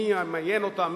מי ימיין אותם,